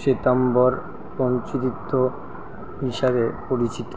শ্বেতাম্বর পঞ্চতীর্থ হিসাবে পরিচিত